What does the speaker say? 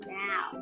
now